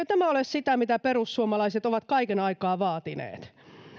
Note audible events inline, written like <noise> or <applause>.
<unintelligible> tämä ole sitä mitä perussuomalaiset ovat kaiken aikaa vaatineet